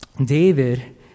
David